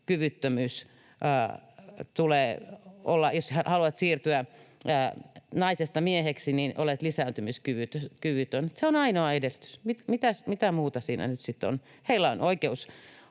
jos haluat siirtyä naisesta mieheksi, niin olet lisääntymiskyvytön. Se on ainoa edellytys. Mitä muuta siinä nyt sitten on? Heillä on oikeus